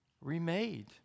remade